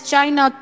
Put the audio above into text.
China